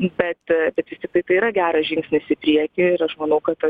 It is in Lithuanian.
bet bet vis tik tai tai yra geras žingsnis į priekį ir aš manau kad